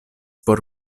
por